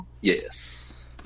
Yes